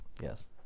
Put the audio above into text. yes